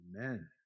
Amen